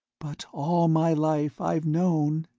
but all my life i've known